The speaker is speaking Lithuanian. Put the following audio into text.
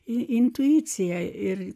intuicija ir